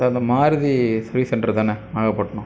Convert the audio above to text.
sir அந்த Maruti service centre தானே நாகப்பட்டினம்